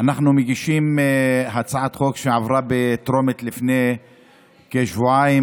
מגישים הצעת חוק שעברה בטרומית לפני כשבועיים,